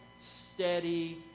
steady